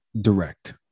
direct